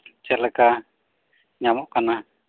ᱪᱮᱫᱞᱮᱠᱟ ᱧᱟᱢᱚᱜ ᱠᱟᱱᱟ